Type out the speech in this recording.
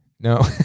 No